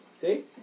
See